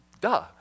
duh